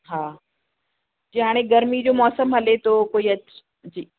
हा जीअं हाणे गर्मी जो मौसम हले थो कोई अच जी